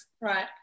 right